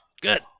Good